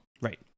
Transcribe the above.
Right